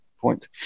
point